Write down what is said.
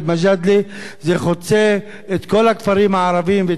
זה חוצה את כל הכפרים הערביים ואת כל הכפרים הדרוזיים.